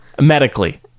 medically